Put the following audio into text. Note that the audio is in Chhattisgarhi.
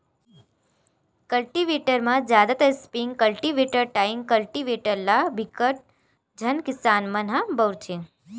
कल्टीवेटर म जादातर स्प्रिंग कल्टीवेटर, टाइन कल्टीवेटर ल बिकट झन किसान मन ह बउरथे